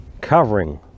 covering